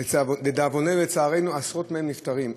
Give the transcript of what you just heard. לדאבוננו, לצערנו, עשרות מהם נפטרים.